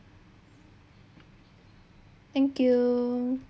thank you